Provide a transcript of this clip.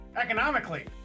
economically